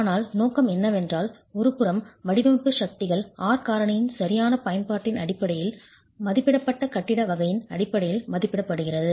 ஆனால் நோக்கம் என்னவென்றால் ஒருபுறம் வடிவமைப்பு சக்திகள் R காரணியின் சரியான பயன்பாட்டின் அடிப்படையில் மதிப்பிடப்பட்ட கட்டிட வகையின் அடிப்படையில் மதிப்பிடப்படுகிறது